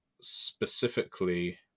specifically